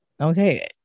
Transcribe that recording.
Okay